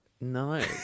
No